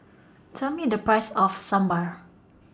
Tell Me The Price of Sambar